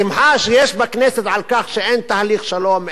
השמחה שיש בכנסת על כך שאין תהליך שלום,